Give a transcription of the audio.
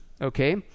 okay